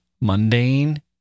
mundane